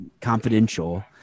confidential